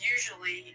Usually